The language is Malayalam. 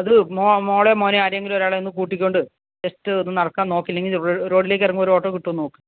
അത് മോളെയോ മോനെയോ ആരെയെങ്കിലും ഒരാളെ ഒന്ന് കൂട്ടിക്കൊണ്ട് ജസ്റ്റ് ഒന്ന് നടക്കാൻ നോക്ക് ഇല്ലെങ്കിൽ റോഡിലേക്ക് ഇറങ്ങുമ്പോൾ ഒരു ഓട്ടോ കിട്ടുമോ എന്ന് നോക്ക്